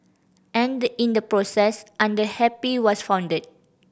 and in the process Under Happy was founded